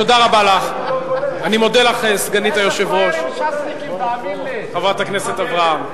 אני מודה לך, סגנית היושב-ראש, חברת הכנסת אברהם.